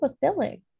fulfilling